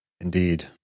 Indeed